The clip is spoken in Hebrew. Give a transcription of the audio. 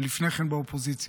ולפני כן באופוזיציה.